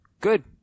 Good